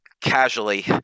casually